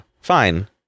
fine